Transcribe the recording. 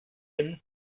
allem